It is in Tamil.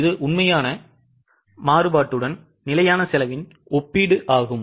இது உண்மையான மாறுபாட்டுடன் நிலையான செலவின் ஒப்பீடு ஆகும்